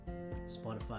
Spotify